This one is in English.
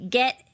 get